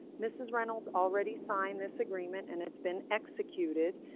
mrs reynolds already signed this agreement and it's been executed.